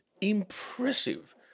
impressive